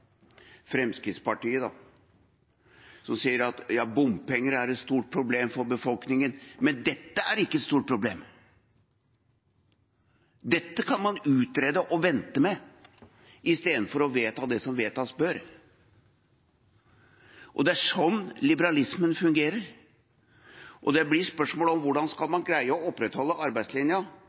Fremskrittspartiet sier at bompenger er et stort problem for befolkningen, men at dette ikke er et stort problem – dette kan man utrede og vente med i stedet for å vedta det som vedtas bør. Det er slik liberalismen fungerer. Da blir spørsmålet hvordan man skal greie å opprettholde arbeidslinja.